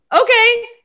Okay